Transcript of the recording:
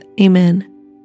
Amen